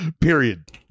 Period